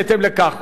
בהתאם לכך,